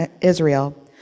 Israel